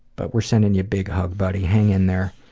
but we're sending you a big hug, buddy. hang in there.